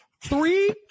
Three